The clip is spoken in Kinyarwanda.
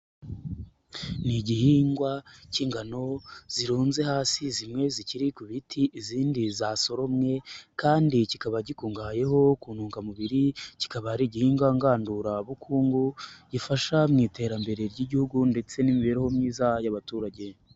Ni igihingwa k'ingano zirunze hasi zimwe zikiri ku biti izindi zasoromwe, kandi kikaba gikungahayeho ku ntungamubiri, kikaba ari igihingwa ngandurabukungu gifasha mu iterambere ry'igihugu, ndetse n'imibereho myiza y'abaturage.